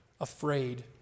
afraid